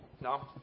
No